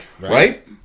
right